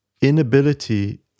inability